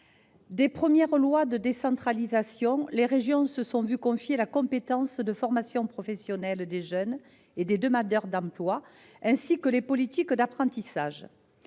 les premières lois de décentralisation, les régions se sont vu confier la compétence en matière de formation professionnelle des jeunes et des demandeurs d'emploi, ainsi que les politiques d'apprentissage.